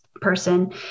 person